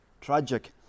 tragic